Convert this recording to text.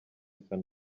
san